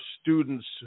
students